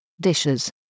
Dishes